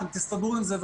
אתם תסתדרו עם זה.